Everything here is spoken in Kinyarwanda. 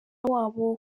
wabo